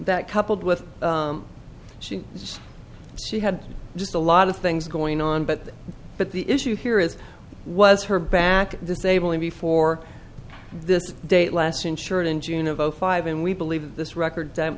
that coupled with she just she had just a lot of things going on but but the issue here is was her back disabling before this date last insured in june of zero five and we believe this record